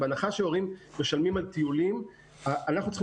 בהנחה שהורים משלמים על טיולים אנחנו צריכים